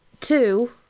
Two